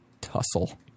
tussle